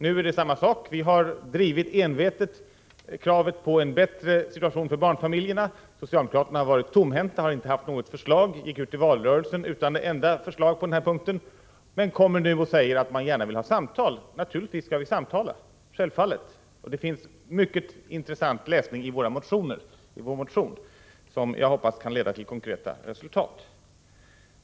Nu är det samma förhållande: vi har envetet drivit kravet på en bättre situation för barnfamiljerna. Socialdemokraterna har stått tomhänta och gick ut i valrörelsen utan ett enda förslag på den här punkten, men de kommer nu och säger att de gärna vill föra samtal. Naturligtvis skall vi göra det, och det finns inför dessa samtal mycket intressant att läsa i vår motion, som jag hoppas kan leda till konkreta resultat.